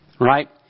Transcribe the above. Right